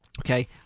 Okay